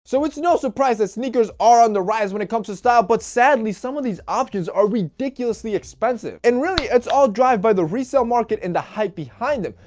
so it's no surprise that sneakers are on the rise when it comes to style but sadly some of these options are ridiculously expensive. and really it's all drive by the resale market and the hype behind them.